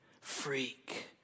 freak